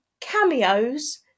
cameos